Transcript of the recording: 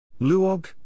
Luog